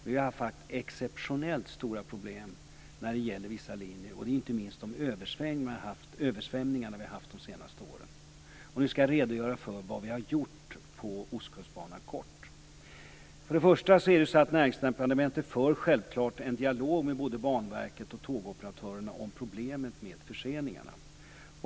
Vi har haft exceptionellt stora problem för vissa linjer, inte minst vid de översvämningar som vi har haft de senaste åren. Nu ska jag kort redogöra för vad vi har gjort på Först och främst för Näringsdepartementet en dialog med både Banverket och tågoperatörerna om problemet med förseningarna.